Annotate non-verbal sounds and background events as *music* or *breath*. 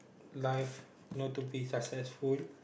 life *breath* you know to be successful